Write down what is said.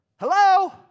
Hello